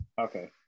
Okay